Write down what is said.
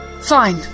Fine